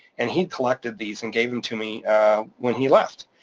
and he collected these and gave them to me when he left.